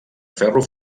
ferro